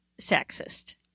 sexist